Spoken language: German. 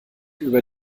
über